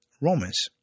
Romans